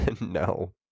No